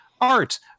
art